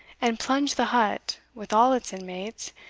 and plunge the hut, with all its inmates,